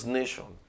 nation